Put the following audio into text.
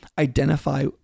identify